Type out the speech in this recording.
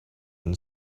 and